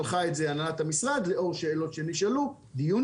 שלחה את זה הנהלת משרד הבריאות לאור שאלות שנשאלו ודיון